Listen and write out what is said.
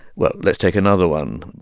well, let's take another one.